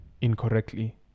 incorrectly